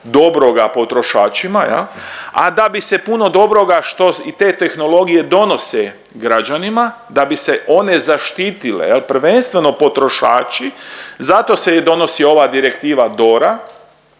dobroga potrošačima, a da bi se puno dobroga što i te tehnologije donose građanima, da bi se one zaštitile prvenstveno potrošači zato se i donosi ova Direktiva DORA.